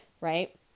right